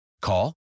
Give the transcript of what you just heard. Call